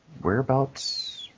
whereabouts